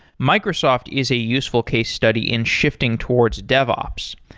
microsoft is a useful case study in shifting towards devops.